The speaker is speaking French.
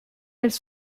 elles